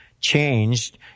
changed